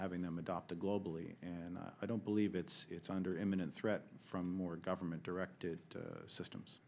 having them adopted globally and i don't believe it's it's under imminent threat from more government directed systems